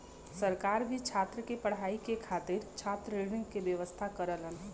सरकार भी छात्र के पढ़ाई के खातिर छात्र ऋण के व्यवस्था करलन